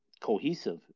cohesive